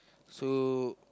so